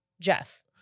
Jeff